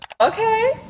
Okay